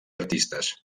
artistes